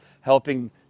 helping